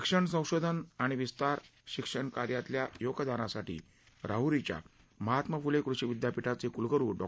शिक्षण संशोधन आणि विस्तार शिक्षण कार्यातल्या योगदानासाठी राहरीच्या महात्मा फुले कृषी विद्यापीठाचे कुलगुरू डॉ